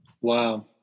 Wow